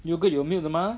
yogurt 有 milk 的嘛